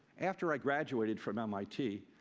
after i graduated from mit,